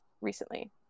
Recently